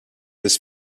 his